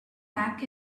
back